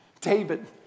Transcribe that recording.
David